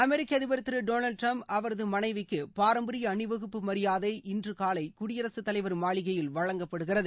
அமெிக்க அதிபர் திரு டொனால்ட் டிரம்ப் அவரது மனைவிக்கு பாரம்பரிய அணிவகுப்பு மரியாதை இன்று காலை குடியரசுத் தலைவர் மாளிகையில் வழங்கப்படுகிறது